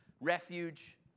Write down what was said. Refuge